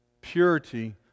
Purity